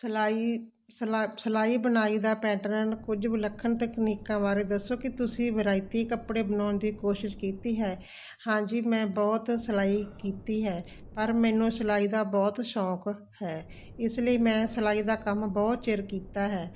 ਸਿਲਾਈ ਸਿਲਾ ਸਿਲਾਈ ਬਣਾਈ ਦਾ ਪੈਟਰਨ ਕੁਝ ਵਿਲੱਖਣ ਤਕਨੀਕਾਂ ਬਾਰੇ ਦੱਸੋ ਕੀ ਤੁਸੀਂ ਵਿਰਾਇਤੀ ਕੱਪੜੇ ਬਣਾਉਣ ਦੀ ਕੋਸ਼ਿਸ਼ ਕੀਤੀ ਹੈ ਹਾਂਜੀ ਮੈਂ ਬਹੁਤ ਸਿਲਾਈ ਕੀਤੀ ਹੈ ਪਰ ਮੈਨੂੰ ਸਿਲਾਈ ਦਾ ਬਹੁਤ ਸ਼ੌਂਕ ਹੈ ਇਸ ਲਈ ਮੈਂ ਸਿਲਾਈ ਦਾ ਕੰਮ ਬਹੁਤ ਚਿਰ ਕੀਤਾ ਹੈ